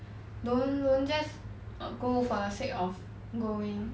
don't don't just go for the sake of going